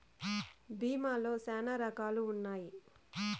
భీమా లో శ్యానా రకాలు ఉన్నాయి